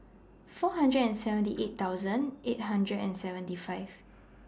four hundred and seventy eight thousand eight hundred and seventy five